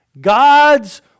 God's